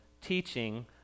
teaching